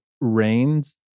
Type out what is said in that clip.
rains